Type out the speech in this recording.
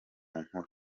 nkuru